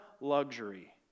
luxury